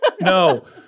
no